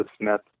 Smith